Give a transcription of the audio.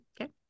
Okay